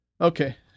Okay